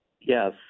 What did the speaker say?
yes